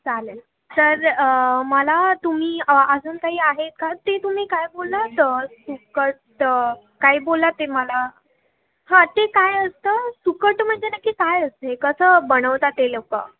चालेल सर मला तुम्ही अजून काही आहे का ते तुम्ही काय बोललात सुकट काय बोललात ते मला हां ते काय असतं सुकट म्हणजे नक्की काय असते कसं बनवतात ते लोकं